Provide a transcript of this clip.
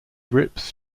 rips